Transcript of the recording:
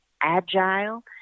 agile